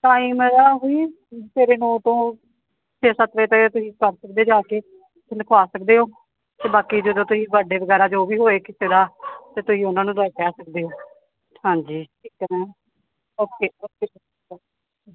time ਇਹਦਾ ਉਹੀ ਸਵੇਰੇ ਨੌ ਤੋਂ ਛੇ ਸੱਤ ਵਜੇ ਤੇ ਤੁਸੀਂ ਕਰ ਸਕਦੇ ਜਾ ਕੇ ਉੱਥੇ ਲਿਖਵਾ ਸਕਦੇ ਹੋ ਅਤੇ ਬਾਕੀ ਜਦੋਂ ਤੁਸੀਂ ਬਰਡੇ ਵਗੈਰਾ ਜੋ ਵੀ ਹੋਏ ਕਿਸੇ ਦਾ ਤਾਂ ਤੁਸੀਂ ਉਹਨਾਂ ਨੂੰ ਲੈ ਕੇ ਆ ਸਕਦੇ ਹੋ ਹਾਂਜੀ ਇੱਕ ਤਾਂ ਓਕੇ ਓਕੇ